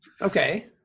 Okay